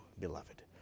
beloved